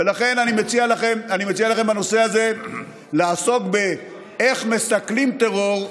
ולכן אני מציע לכם בנושא הזה לעסוק באיך מסכלים טרור,